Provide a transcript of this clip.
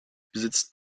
besitzt